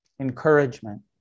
encouragement